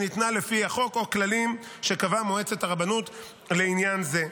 שניתנה לפי החוק או כללים שקבעה מועצת הרבנות לעניין זה.